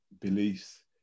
beliefs